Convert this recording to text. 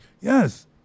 Yes